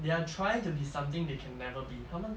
they are trying to be something they can never be 他们